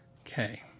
Okay